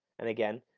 and again,